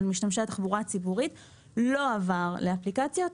משתמשי התחבורה הציבורית לא עבר לאפליקציות,